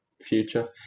future